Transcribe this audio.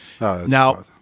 Now